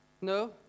No